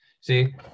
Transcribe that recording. See